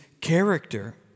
character